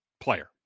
player